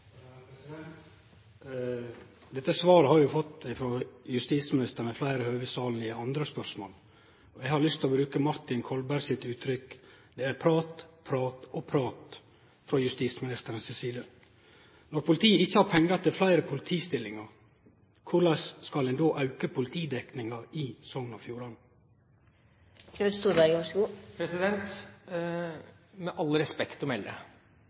Dette svaret har vi fått frå justisministeren her i salen ved fleire høve. Eg har lyst til å bruke Martin Kolberg sitt uttrykk: Det er prat, prat og prat frå justisministeren si side. Når politiet ikkje har pengar til fleire politistillingar, korleis skal ein då auke politidekninga i Sogn og Fjordane?